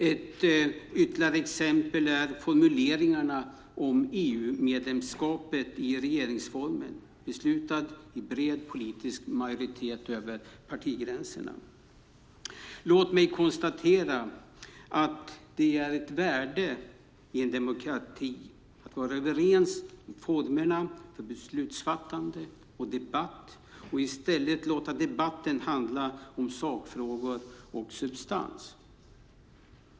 Ett ytterligare exempel är formuleringarna om EU-medlemskapet i regeringsformen, beslutat i bred enighet över partigränserna. Låt mig konstatera att det är ett värde i en demokrati att vara överens om formerna för beslutsfattande och debatt och att i stället låta debatten handla om sakfrågor och substans.